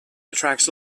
attracts